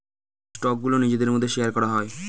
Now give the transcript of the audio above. স্টকগুলো নিজেদের মধ্যে শেয়ার করা হয়